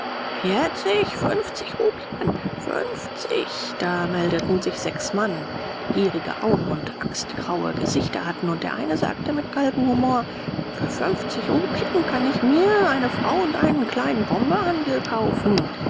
vierzig fünfzig rupien fünfzig da meldeten sich sechs mann die gierige augen und angstgraue gesichter hatten und der eine sagte mit galgenhumor für fünfzig rupien kann ich mir eine frau und einen kleinen pombehandel kaufen